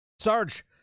Sarge